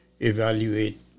evaluate